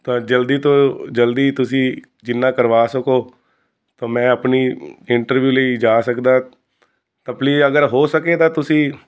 ਤਾਂ ਜਲਦੀ ਤੋਂ ਜਲਦੀ ਤੁਸੀਂ ਜਿੰਨਾ ਕਰਵਾ ਸਕੋ ਤਾਂ ਮੈਂ ਆਪਣੀ ਇੰਟਰਵਿਊ ਲਈ ਜਾ ਸਕਦਾ ਤਾਂ ਪਲੀਜ਼ ਅਗਰ ਹੋ ਸਕੇ ਤਾਂ ਤੁਸੀਂ